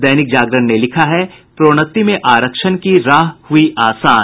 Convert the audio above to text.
दैनिक जागरण ने लिखा है प्रोन्नति में आरक्षण की राह हुई आसान